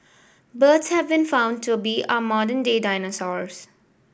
birds have been found to be our modern day dinosaurs